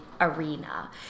arena